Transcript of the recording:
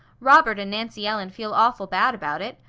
robert and nancy ellen feel awful bad about it.